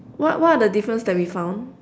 what what are the difference that we found